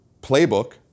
Playbook